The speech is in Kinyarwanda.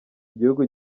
igihugu